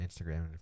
Instagram